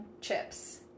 chips